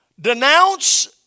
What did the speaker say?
Denounce